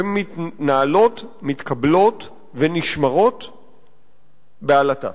שמתנהלות, מתקבלות ונשמרות בעלטה.